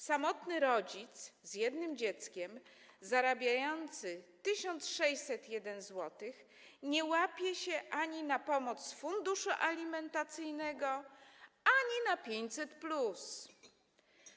Samotny rodzic z jednym dzieckiem zarabiający 1601 zł nie łapie się ani na pomoc z funduszu alimentacyjnego, ani na 500+.